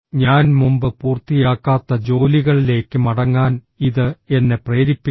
ഞാൻ മുമ്പ് പൂർത്തിയാക്കാത്ത ജോലികളിലേക്ക് മടങ്ങാൻ ഇത് എന്നെ പ്രേരിപ്പിക്കില്ല